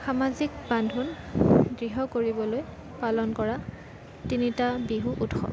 সামাজিক বান্ধোন দৃঢ় কৰিবলৈ পালন কৰা তিনিটা বিহু উৎসৱ